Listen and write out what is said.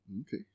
Okay